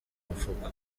mufuka